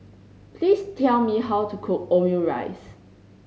please tell me how to cook Omurice